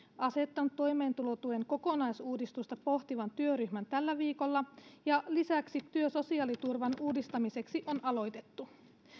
asettanut toimeentulotuen kokonaisuudistusta pohtivan työryhmän tällä viikolla ja lisäksi työ sosiaaliturvan uudistamiseksi on aloitettu